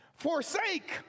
forsake